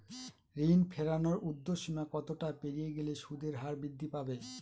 ঋণ ফেরানোর উর্ধ্বসীমা কতটা পেরিয়ে গেলে সুদের হার বৃদ্ধি পাবে?